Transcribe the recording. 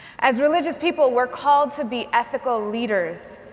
as religious people, we're called to be ethical leaders.